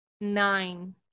nine